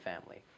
family